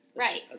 Right